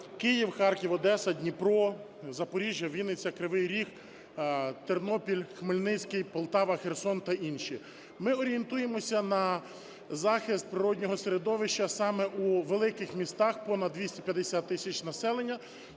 Київ, Харків, Одеса, Дніпро, Запоріжжя, Вінниця, Кривий Ріг, Тернопіль, Хмельницький, Полтава, Херсон та інші. Ми орієнтуємося на захист природного середовища саме у великих містах, понад 250 тисяч населення,